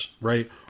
right